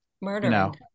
murdering